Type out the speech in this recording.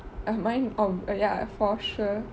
ah mine ob~ ya for sure